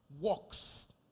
works